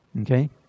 Okay